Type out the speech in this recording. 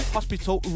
Hospital